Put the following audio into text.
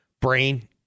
brain